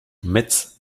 metz